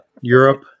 Europe